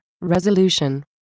resolution